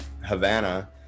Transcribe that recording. Havana